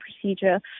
procedure